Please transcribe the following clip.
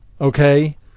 Okay